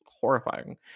horrifying